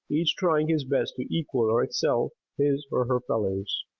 each trying his best to equal or excel his or her fellows.